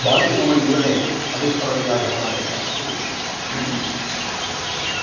बाल्ये मम जीवने अविस्मरणिया घटना एषा अस्ति